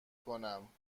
کنم